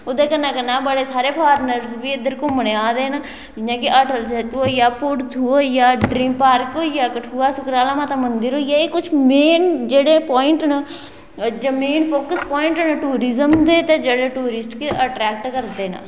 ओह्दे कन्नै कन्नै बड़े सारे फार्नरस बी इद्धर घूमने आए दे न जियां कि अटल सेतु होई गेआ पुरथू होई गेआ ड्रीम पार्क होई गेआ कठुआ सुकराला माता मंदर होई गेआ एह् कुछ मेन जेह्ड़े पवांइट न जेह्ड़े मेन फोक्स पवाइंट न टूरिजम दे ते जेह्ड़े टूरिस्ट गी अट्रेक्ट करदे न